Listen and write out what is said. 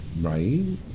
Right